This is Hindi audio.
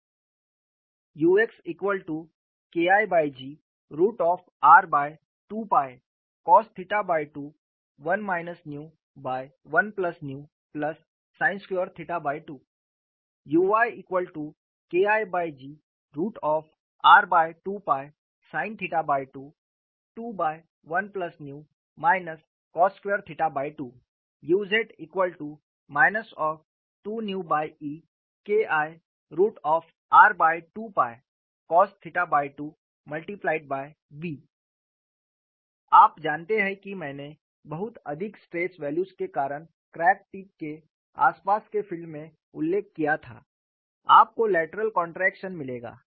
ux KIGr2 cos 21 1sin2 2 uy KIGr2 sin 221 cos2 2 uz 2EKI r2 cos 2B आप जानते हैं कि मैंने बहुत अधिक स्ट्रेस वैल्यूज के कारण क्रैक टिप के आसपास के फील्ड में उल्लेख किया था आपको लेटरल कॉन्ट्रैक्शन मिलेगा